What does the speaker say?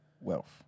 wealth